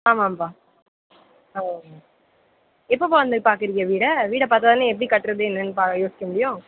ஆமாம்பா ஆ ஓகே எப்பப்பா வந்து பார்க்கறீங்க வீட்ட வீட்ட பார்த்தாதான்னே எப்படி கட்டறது என்னன்னு பா யோசிக்க முடியும்